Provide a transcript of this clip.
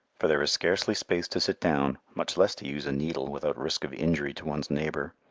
for there is scarcely space to sit down, much less to use a needle without risk of injury to one's neighbour.